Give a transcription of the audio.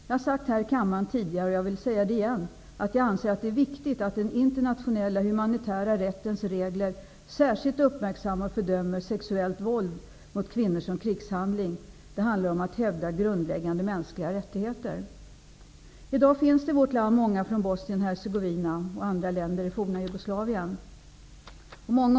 Jag har sagt här i kammaren tidigare, och jag vill säga det igen, att jag anser att det är viktigt att den internationella humanitära rättens regler särskilt uppmärksammar och fördömer sexuellt våld mot kvinnor som krigshandling. Det handlar om att hävda grundläggande mänskliga rättigheter. I dag finns det i vårt land många människor från Jugoslavien. Många av dem har haft ohyggliga upplevelser.